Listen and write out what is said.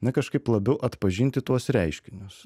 na kažkaip labiau atpažinti tuos reiškinius